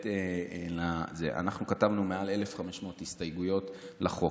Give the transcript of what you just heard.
אנחנו כתבנו מעל 1,500 הסתייגויות לחוק,